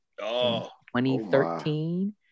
2013